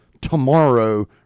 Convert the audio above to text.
tomorrow